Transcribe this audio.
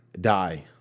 Die